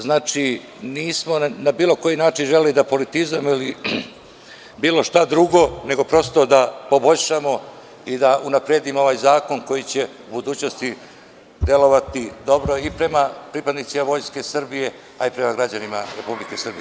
Znači, nismo ni na koji način želeli da politizujemo ili bilo šta drugo nego da prosto poboljšamo i da unapredimo ovaj zakon koji će u budućnosti delovati dobro i prema pripadnicima Vojske Srbije, a i prema građanima Republike Srbije.